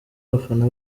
abafana